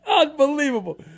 Unbelievable